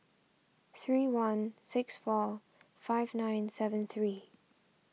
three one six four five nine seven three